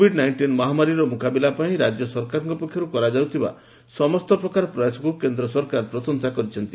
Covid nineteen ମହାମାରୀର ମୁକାବିଲାପାଇଁ ରାଜ୍ୟ ସରକାରଙ୍କ ପକ୍ଷରୁ କରାଯାଉଥିବା ସମସ୍ତ ପ୍ରକାର ପ୍ରୟାସକ୍ୱ କେନ୍ଦ୍ର ସରକାର ପ୍ରଶଂସା କରିଛନ୍ତି